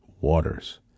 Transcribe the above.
waters